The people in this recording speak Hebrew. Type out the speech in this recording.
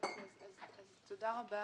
תודה רבה.